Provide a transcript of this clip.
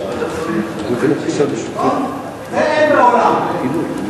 זה אין בעולם.